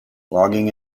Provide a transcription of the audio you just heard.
logging